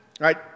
right